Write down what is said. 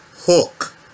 hook